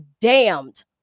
damned